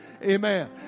Amen